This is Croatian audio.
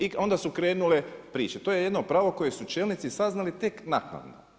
I onda su krenule priče, to je jedno pravo koje su čelnici saznali tek naknadno.